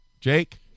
Jake